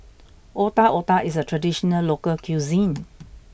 Otak Otak is a traditional local cuisine